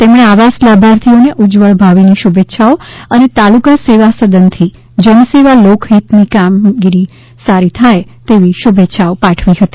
તેમણે આવાસ લાભાર્થીઓને ઉજવળ્ળ ભાવિની શુભેચ્છાઓ અને તાલુકા સેવા સદનથી જનેસેવા લોકહિતની કામ થાય તેવી શુભેચ્છા પાઠવી હતી